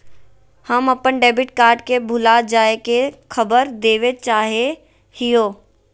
हम अप्पन debit card के भुला जाये के खबर देवे चाहे हियो